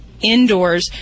indoors